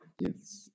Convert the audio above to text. Yes